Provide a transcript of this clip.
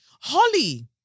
Holly